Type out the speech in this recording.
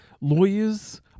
lawyers